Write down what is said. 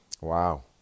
Wow